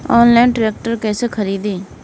Online tractor कैसे खरदी?